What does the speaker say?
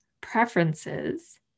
preferences